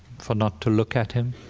for not to look at him.